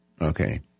Okay